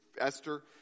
Esther